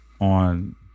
on